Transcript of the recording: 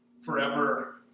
forever